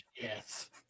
yes